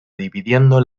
dividiendo